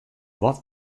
wat